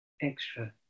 extra